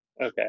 Okay